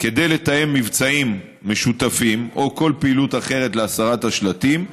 כדי לתאם מבצעים משותפים או כל פעילות אחרת להסרת השלטים.